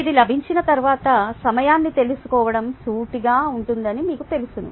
మీకు ఇది లభించిన తర్వాత సమయాన్ని తెలుసుకోవడం సూటిగా ఉంటుందని మీకు తెలుసు